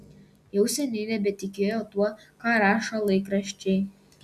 jau seniai nebetikėjo tuo ką rašo laikraščiai